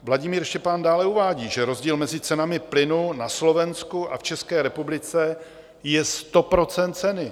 Vladimír Štěpán dále uvádí, že rozdíl mezi cenami plynu na Slovensku a v České republice je 100 % ceny.